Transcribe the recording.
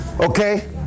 Okay